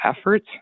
effort